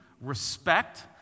respect